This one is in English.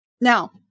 Now